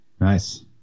Nice